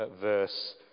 verse